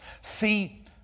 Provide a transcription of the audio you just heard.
See